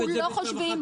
אמרתם את זה בשלב החקיקה?